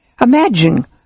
Imagine